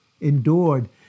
Endured